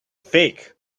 fake